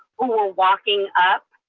who were walking up,